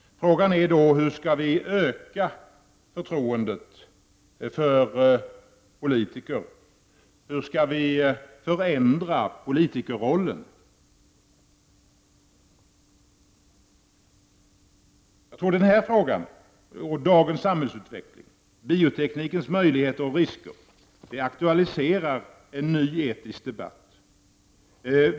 Frågan är då: Hur skall vi öka förtroendet för politiker? Hur skall vi förändra politikerrollen? Jag tror att den här frågan och dagens samhällsutveckling med bioteknikens möjligheter och risker aktualiserar en ny etisk debatt.